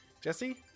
Jesse